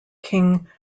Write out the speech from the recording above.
king